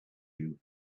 you